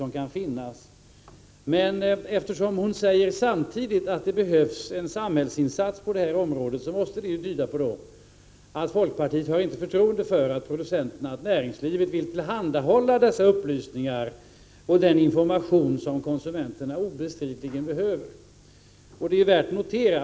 Men när hon samtidigt säger att det behövs samhällsinsatser på det här området, måste det tyda på att folkpartiet inte har förtroende för att producenterna och näringslivet vill tillhandahålla den upplysning och information som konsumenterna obestridligen behöver. Det är värt att notera.